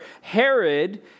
Herod